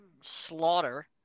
Slaughter